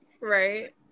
right